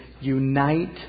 Unite